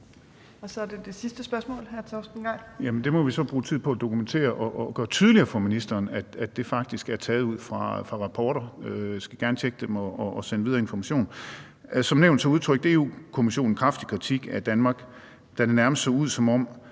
vi må så bruge tid på at dokumentere det og gøre det tydeligere for ministeren, at det faktisk er taget ud fra rapporter. Jeg skal gerne tjekke dem og videresende informationen. Som nævnt udtrykte Europa-Kommissionen kraftig kritik af Danmark, da det nærmest så ud, som om